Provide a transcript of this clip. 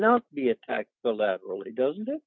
not be attacked so that really doesn't